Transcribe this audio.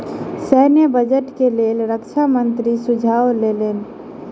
सैन्य बजट के लेल रक्षा मंत्री सुझाव लेलैन